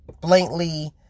blankly